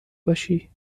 باشی